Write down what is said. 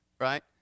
right